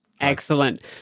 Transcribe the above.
Excellent